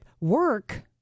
work